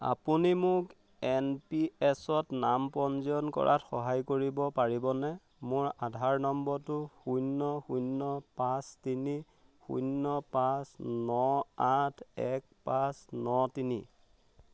আপুনি মোক N P এছত নাম পঞ্জীয়ন কৰাত সহায় কৰিব পাৰিবনে মোৰ আধাৰ নম্বৰটো শূন্য শূন্য পাঁচ তিনি শূন্য পাঁচ ন আঠ এক পাঁচ ন তিনি